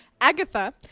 Agatha